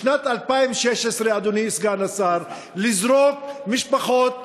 בשנת 2016, אדוני סגן השר, לזרוק משפחות למדבר,